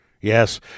Yes